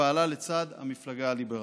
שפעלה לצד המפלגה הליברלית.